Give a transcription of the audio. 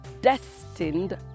destined